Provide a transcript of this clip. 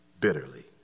bitterly